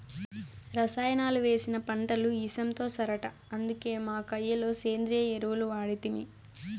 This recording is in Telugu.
రసాయనాలు వేసిన పంటలు ఇసంతో సరట అందుకే మా కయ్య లో సేంద్రియ ఎరువులు వాడితిమి